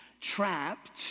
trapped